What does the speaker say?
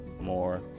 more